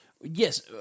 Yes